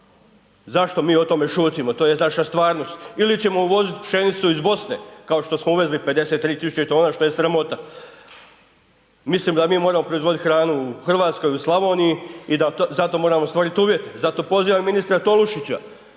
Zašto mi o tome šutimo, to je naša stvarnost ili ćemo uvozit pšenicu iz Bosne kao što smo uvezli 53.000 tona što je sramota. Mislim da mi moramo proizvodit hranu u Hrvatskoj u Slavoniji i da za to moramo stvoriti uvjete. Zato pozivam ministra Tolušića